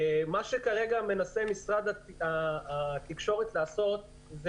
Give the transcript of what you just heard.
מה שכרגע מנסה משרד התקשורת לעשות זה